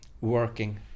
working